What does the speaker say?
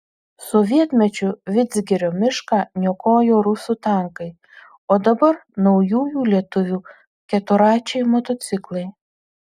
sovietmečiu vidzgirio mišką niokojo rusų tankai o dabar naujųjų lietuvių keturračiai motociklai